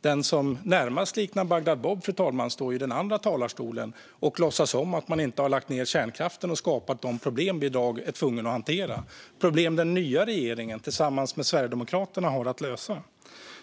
Den som närmast liknar Bagdad-Bob, fru talman, står i den andra talarstolen här och låtsas inte om att man har lagt ned kärnkraften och skapat de problem vi i dag är tvungna att hantera. Det är problem som den nya regeringen tillsammans med Sverigedemokraterna har att lösa.